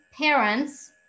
parents